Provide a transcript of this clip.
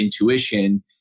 intuition